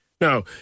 Now